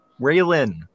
Raylan